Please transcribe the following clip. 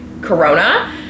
corona